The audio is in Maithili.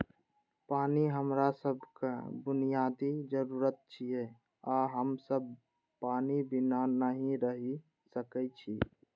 पानि हमरा सभक बुनियादी जरूरत छियै आ हम सब पानि बिना नहि रहि सकै छी